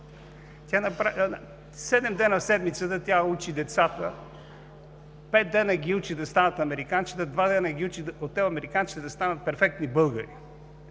Седем дни в седмицата тя учи децата – пет дни ги учи да станат американчета, два дни ги учи от американчета да станат перфектни българи.